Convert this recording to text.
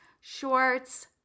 shorts